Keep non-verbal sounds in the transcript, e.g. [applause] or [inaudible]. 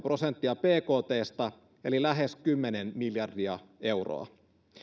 [unintelligible] prosenttia bktstä eli lähes kymmenen miljardia euroa